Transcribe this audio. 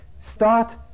Start